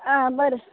आ बरें